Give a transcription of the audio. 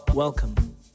Welcome